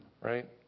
Right